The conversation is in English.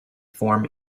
form